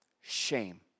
shame